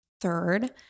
Third